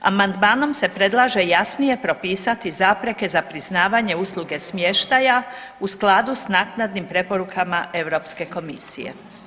Amandmanom se predlaže jasnije propisati zapreke za priznavanje usluge smještaja u skladu s naknadnim preporukama Europske komisije.